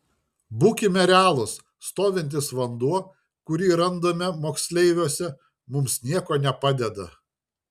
būkime realūs stovintis vanduo kurį randame moksleiviuose mums nieko nepadeda